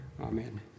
Amen